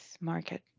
market